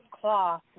cloth